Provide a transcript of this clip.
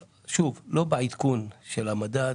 ושוב, אני לא מדבר על העדכון של המדד.